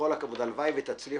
בכל הכבוד הלוואי ותצליחו,